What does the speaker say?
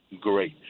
Great